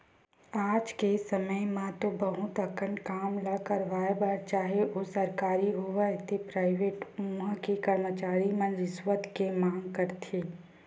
आज के समे म तो बहुत अकन काम ल करवाय बर चाहे ओ सरकारी होवय ते पराइवेट उहां के करमचारी मन रिस्वत के मांग करथे